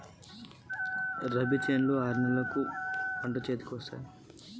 రబీ చేలు ఎన్నాళ్ళకు చేతికి వస్తాయి?